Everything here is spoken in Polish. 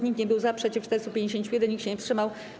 Nikt nie był za, przeciw - 451, nikt się nie wstrzymał.